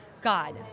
God